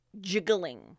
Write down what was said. jiggling